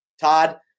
Todd